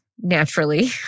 naturally